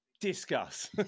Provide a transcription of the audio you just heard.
discuss